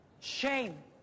Shame